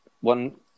one